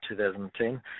2010